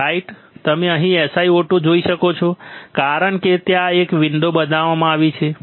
right તમે અહીં SiO2 જોઈ શકો છો કારણ કે ત્યાં એક વિન્ડો બનાવવામાં આવી છે